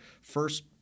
first